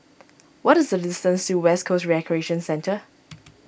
what is the distance to West Coast Recreation Centre